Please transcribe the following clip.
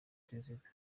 perezida